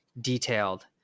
detailed